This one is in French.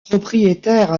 propriétaire